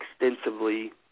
extensively